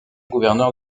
gouverneur